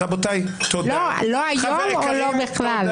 לא היום או לא בכלל?